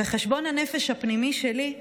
בחשבון הנפש הפנימי שלי,